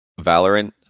Valorant